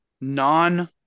non